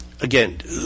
again